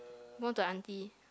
more to auntie